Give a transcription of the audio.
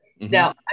Now